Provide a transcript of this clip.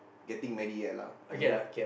getting married yet lah I'm not